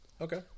Okay